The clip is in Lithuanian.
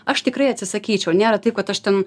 aš tikrai atsisakyčiau nėra taip kad aš ten